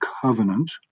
covenant